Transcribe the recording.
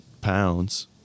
pounds